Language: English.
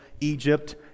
Egypt